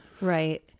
Right